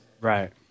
Right